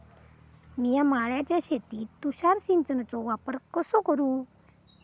मिया माळ्याच्या शेतीत तुषार सिंचनचो वापर कसो करू?